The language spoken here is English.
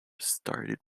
started